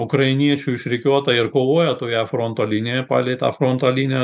ukrainiečių išrikiuota ir kovoja toje fronto linijoj palei tą fronto liniją